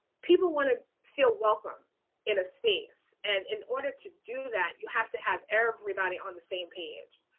people want to feel welcome in a space. and in order to do that, you have to have everybody on the same page.